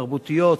תרבותיות,